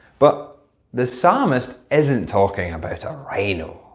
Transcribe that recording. but the psalmist isn't talking about a rhino,